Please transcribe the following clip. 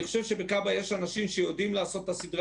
אני חושב שבכב"א יש אנשים שיודעים לעשות את סדרי